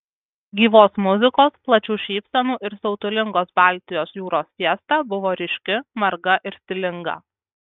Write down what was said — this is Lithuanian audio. gyvos muzikos plačių šypsenų ir siautulingos baltijos jūros fiesta buvo ryški marga ir stilinga